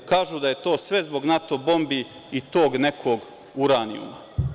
Kažu da je to sve zbog NATO bombi i tog nekog uranijuma“